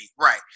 right